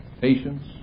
patience